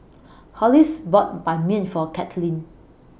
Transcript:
Hollis bought Ban Mian For Cathleen